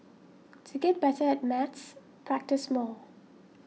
to get better at maths practise more